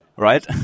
Right